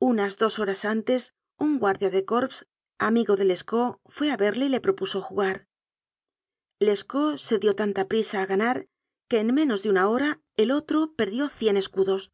unas dos horas antes un guardia de corps amigo de lescaut fué a verle y le propuso jugar lescaut se dió tanta prisa a ganar que en menos de una hora el otro perdió cien escudos